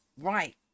Right